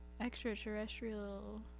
extraterrestrial